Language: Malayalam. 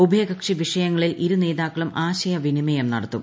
ഉഭയകക്ഷി വിഷയങ്ങളിൽ ഇരുനേതാക്കളും ആശയ വിനിമയം നടത്തും